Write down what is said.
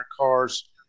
cars